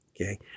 okay